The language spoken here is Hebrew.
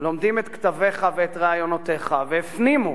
לומדים את כתביך ואת רעיונותיך והפנימו